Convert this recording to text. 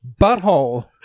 butthole